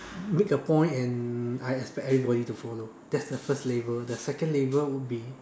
make a point and I expect everybody to follow that's the first label the second label would be